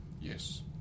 Yes